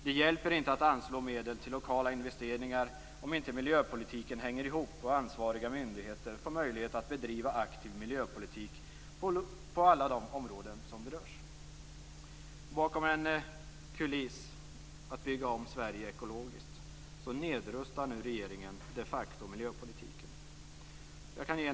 Det hjälper inte att anslå medel till lokala investeringar om inte miljöpolitiken hänger ihop och ansvariga myndigheter får möjligheter att bedriva en aktiv miljöpolitik på alla de områden som berörs. Bakom en kuliss - att bygga om Sverige ekologiskt - nedrustar nu regeringen de facto miljöpolitiken.